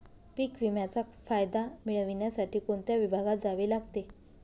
पीक विम्याचा फायदा मिळविण्यासाठी कोणत्या विभागात जावे लागते?